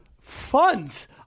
funds